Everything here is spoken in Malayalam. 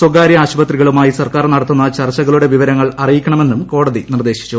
സ്വകാര്യ ആശുപത്രികളുമായി സർക്കാർ നടത്തുന്ന ചർച്ചകളുടെ വിവരങ്ങൾ അറിയിക്കണമെന്നും കോടതി നിർദ്ദേശിച്ചു